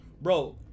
bro